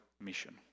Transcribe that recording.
mission